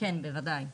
כן, בוודאי.